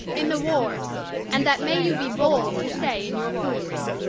in the wars and that may you be bold to say in your foolery.